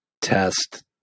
test